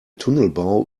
tunnelbau